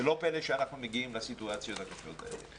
לא פלא שאנחנו מגיעים לסיטואציות הקשות האלה.